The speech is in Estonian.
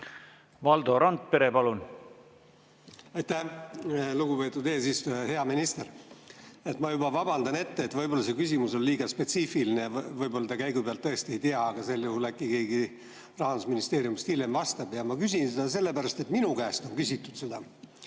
Valdo Randpere, palun! Aitäh, lugupeetud eesistuja! Hea minister! Ma vabandan ette, et võib-olla see küsimus on liiga spetsiifiline ja võib-olla te käigu pealt tõesti ei tea, aga sel juhul äkki keegi Rahandusministeeriumist hiljem vastab. Ma küsin seda sellepärast, et minu käest on küsitud.